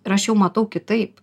ir aš jau matau kitaip